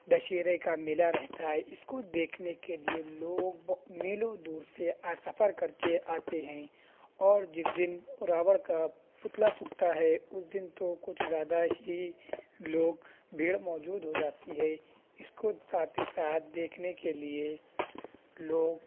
دشہرے کا میلہ رہتا ہے اس کو دیکھنے کے لیے لوگ میلوں دور سے سفر کر کے آتے ہیں اور جس دن راون کا پتلہ پھنکتا ہے اس دن تو کچھ زیادہ ہی لوگ بھیڑ موجود ہو جاتی ہے اس کو ساتھ ہی ساتھ دیکھنے کے لیے لوگ